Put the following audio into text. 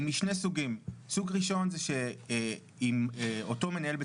היא משני סוגים: סוג ראשון זה שאם אותו מנהל בית